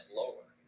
lower